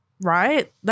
Right